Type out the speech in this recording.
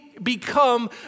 become